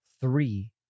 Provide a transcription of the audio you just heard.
three